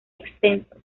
extensos